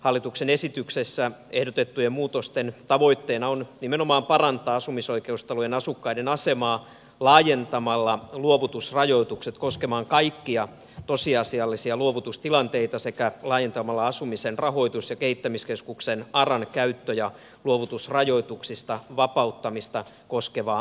hallituksen esityksessä ehdotettujen muutosten tavoitteena on nimenomaan parantaa asumisoikeustalojen asukkaiden asemaa laajentamalla luovutusrajoitukset koskemaan kaikkia tosiasiallisia luovutustilanteita sekä laajentamalla asumisen rahoitus ja kehittämiskeskuksen aran käyttö ja luovutusrajoituksista vapauttamista koskevaa har kintavaltaa